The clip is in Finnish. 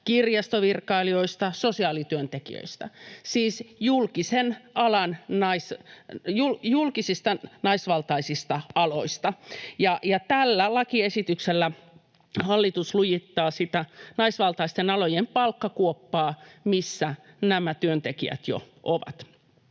kirjastovirkailijoista, sosiaalityöntekijöistä, siis julkisista naisvaltaisista aloista, ja tällä lakiesityksellä hallitus lujittaa sitä naisvaltaisten alojen palkkakuoppaa, missä nämä työntekijät jo ovat.